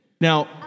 Now